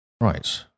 Right